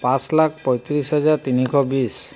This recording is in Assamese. পাঁচ লাখ পঁয়ত্ৰিছ হাজাৰ তিনিশ বিছ